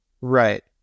right